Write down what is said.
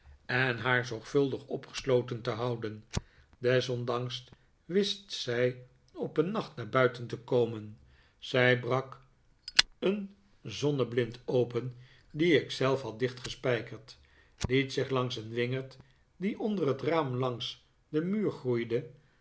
en haar zorgvuldig opgesloten te houden desondanks wist zij op een riacht naar buiten te komen zij brak een zonneblind open die ik zelf had dichtgespijkerd liet zich langs een wingerd die onder het raam langs den muur groeide